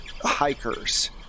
hikers